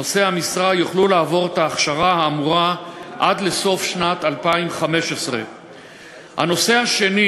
נושאי המשרה יוכלו לעבור את ההכשרה האמורה עד סוף שנת 2015. הנושא השני